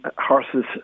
Horses